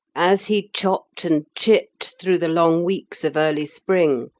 as he chopped and chipped through the long weeks of early spring,